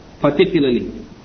particularly